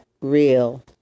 real